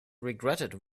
regretted